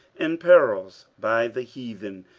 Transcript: in perils by the heathen,